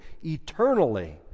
eternally